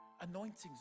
anointings